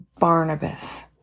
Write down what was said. Barnabas